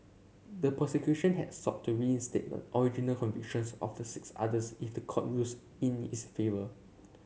the prosecution has sought to reinstate the original convictions of the six others if the court rules in its favour